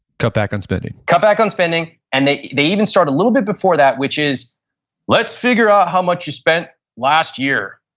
cut back on spending cut back on spending and they they even start a little bit before that which is let's figure out how much you spent last year.